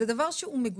זה דבר מגונה.